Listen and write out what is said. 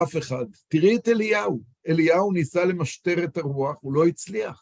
אף אחד, תראי את אליהו, אליהו ניסה למשטר את הרוח, הוא לא הצליח.